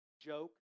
joke